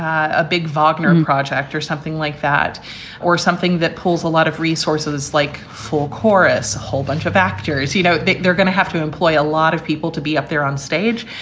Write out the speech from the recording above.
a a big bogner and project or something like that or something that pulls a lot of resources like full chorus. whole bunch of actors, you know, they're gonna have to employ a lot of people to be up there onstage.